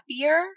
happier